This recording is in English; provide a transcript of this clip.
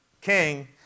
king